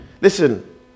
listen